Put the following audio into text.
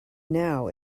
now